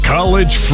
College